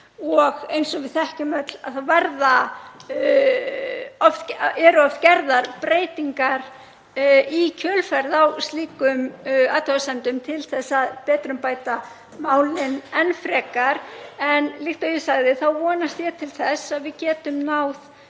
og eins og við þekkjum öll þá eru oft gerðar breytingar í kjölfarið á slíkum athugasemdum til að betrumbæta málin enn frekar. En líkt og ég sagði vonast ég til þess að við getum náð